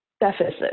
deficit